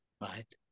right